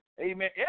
Amen